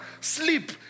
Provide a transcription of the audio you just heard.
sleep